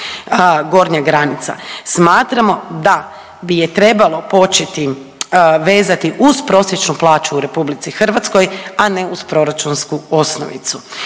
gornja granica smatramo da bi je trebalo početi vezati uz prosječnu plaću u RH, a ne uz proračunsku osnovicu.